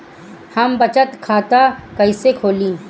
हम बचत खाता कईसे खोली?